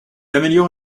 améliore